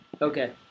Okay